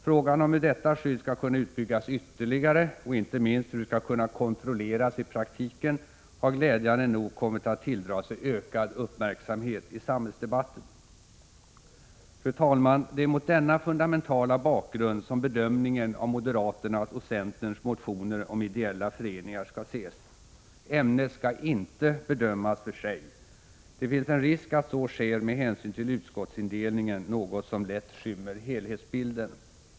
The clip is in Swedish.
Frågan om hur detta skydd skall kunna utbyggas ytterligare och inte minst hur det skall kunna kontrolleras i praktiken har glädjande nog kommit att tilldra sig ökad uppmärksamhet i samhällsdebatten. Fru talman! Det är mot denna fundamentala bakgrund som bedömningen 139 av moderaternas och centerns motioner om ideella föreningar skall ses. Ämnet skall inte bedömas för sig. Det finns en risk att så sker med hänsyn till utskottsindelningen, något som lätt skymmer helhetsbilden.